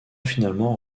finalement